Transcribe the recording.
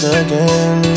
again